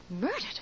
Murdered